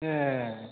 ए